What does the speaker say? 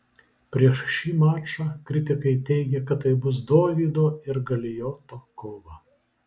prieš šį mačą kritikai teigė kad tai bus dovydo ir galijoto kova